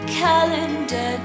calendar